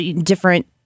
different